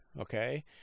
okay